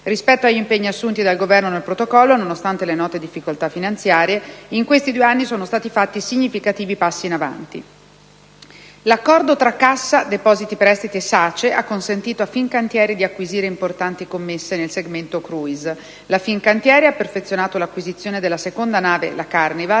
Rispetto agli impegni assunti dal Governo nel protocollo, nonostante le note difficoltà finanziarie, in questi due anni sono stati fatti significavi passi in avanti. L'accordo tra Cassa depositi e prestiti e SACE ha consentito a Fincantieri di acquisire importanti commesse nel segmento *cruise*. La Fincantieri ha perfezionato l'acquisizione della seconda nave Carnival,